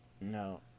No